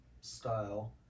style